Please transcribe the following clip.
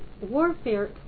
warfare